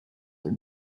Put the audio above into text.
are